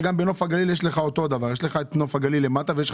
ואותו דבר בנוף הגליל.